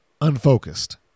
unfocused